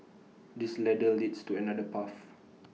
this ladder leads to another path